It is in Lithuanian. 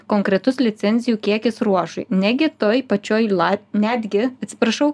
konkretus licencijų kiekis ruožui negi toj pačioj lat netgi atsiprašau